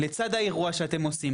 לצעד האירוע שאתם עושים.